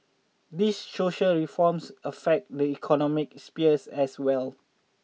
these social reforms affect the economic sphere as well